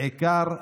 עמיתיי,)